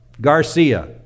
Garcia